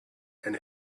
and